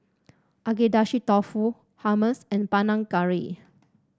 Agedashi Dofu Hummus and Panang Curry